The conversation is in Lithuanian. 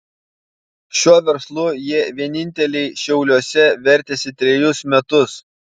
šiuo verslu jie vieninteliai šiauliuose vertėsi trejus metus